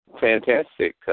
fantastic